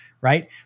right